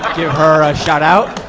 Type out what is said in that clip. give her a shout out?